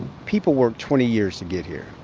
people work twenty years to get here.